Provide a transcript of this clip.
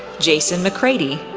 jason mccrady,